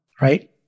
right